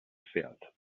pferd